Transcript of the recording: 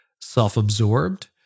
self-absorbed